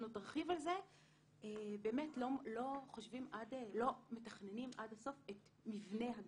עוד תרחיב על זה - באמת לא מתכננים עד הסוף את מבנה הגן,